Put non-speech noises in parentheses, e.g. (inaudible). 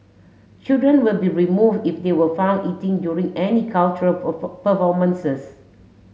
children will be remove if they were found eating during any cultural (unintelligible) performances